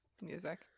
Music